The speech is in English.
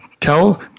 tell